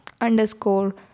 underscore